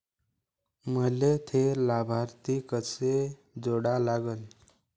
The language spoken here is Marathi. मले थे लाभार्थी कसे जोडा लागन?